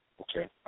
Okay